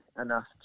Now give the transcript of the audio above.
enough